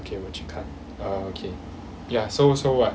okay 我去看 uh okay ya so so what